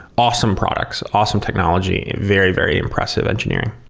awesome products, awesome technology, very, very impressive engineering